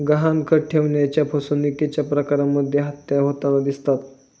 गहाणखत ठेवण्याच्या फसवणुकीच्या प्रकरणांमध्येही हत्या होताना दिसतात